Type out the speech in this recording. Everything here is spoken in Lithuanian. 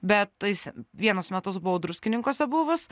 bet tais vienus metus buvau druskininkuose buvus